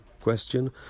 question